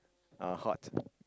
uh hot